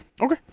okay